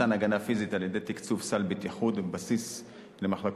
מתן הגנה פיזית על-ידי תקצוב סל בטיחות בסיסי למחלקות,